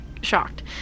shocked